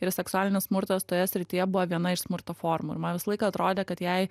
ir seksualinis smurtas toje srityje buvo viena iš smurto formų ir man visą laiką atrodė kad jai